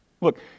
Look